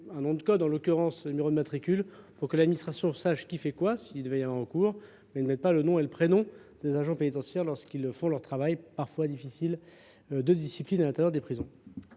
un nom de code, en l'occurrence numéro de matricule, pour que l'administration sache qui fait quoi, s'il devait y avoir recours, mais ne met pas le nom et le prénom des agents pénitentiaires lorsqu'ils font leur travail, parfois difficile, de discipline à l'intérieur des prisons.